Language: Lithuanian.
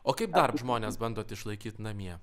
o kaip žmones bandot išlaikyt namie